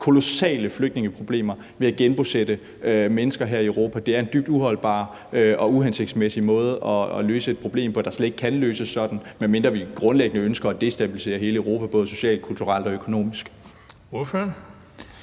kolossale flygtningeproblemer ved at genbosætte mennesker her i Europa. Det er en dybt uholdbar og uhensigtsmæssig måde at løse et problem på, der slet ikke kan løses sådan, medmindre vi grundlæggende ønsker at destabilisere hele Europa både socialt, kulturelt og økonomisk.